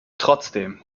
trotzdem